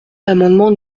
l’amendement